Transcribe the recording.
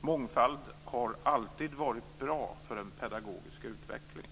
Mångfald har alltid varit bra för den pedagogiska utvecklingen.